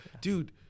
dude